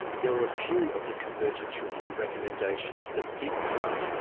there were a few of the convergence review recommendations that did pass,